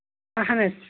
اَہن حظ